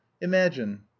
Imagine